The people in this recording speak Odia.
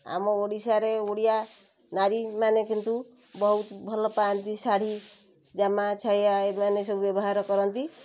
ଆମ ଓଡ଼ିଶାରେ ଓଡ଼ିଆ ନୀରୀମାନେ କିନ୍ତୁ ବହୁତ ଭଲ ପାଆନ୍ତି ଶାଢ଼ୀ ଜାମା ଛାୟା ଏମାନେ ସବୁ ବ୍ୟବହାର କରନ୍ତି